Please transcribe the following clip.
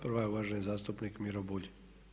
Prva je uvaženi zastupnik Miro Bulj.